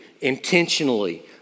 intentionally